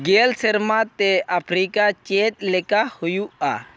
ᱜᱮᱞ ᱥᱮᱨᱢᱟᱛᱮ ᱟᱯᱷᱨᱤᱠᱟ ᱪᱮᱫ ᱞᱮᱠᱟ ᱦᱩᱭᱩᱜᱼᱟ